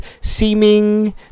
seeming